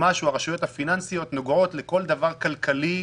הרשויות הפיננסיות נוגעות לכל דבר כלכלי,